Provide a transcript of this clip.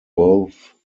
both